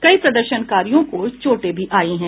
कई प्रदर्शनकारियों को चोट भी आयी है